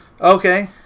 Okay